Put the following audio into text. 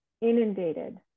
inundated